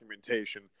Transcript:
documentation